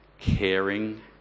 caring